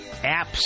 apps